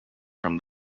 from